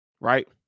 Right